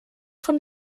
von